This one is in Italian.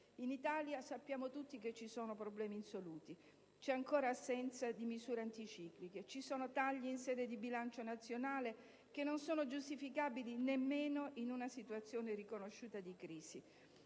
In Italia, sappiamo tutti che ci sono problemi insoluti. C'è ancora assenza di misure anticicliche; ci sono tagli in sede di bilancio nazionale, che non sono giustificabili nemmeno in una situazione riconosciuta di crisi.